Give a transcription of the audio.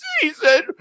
season